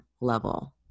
level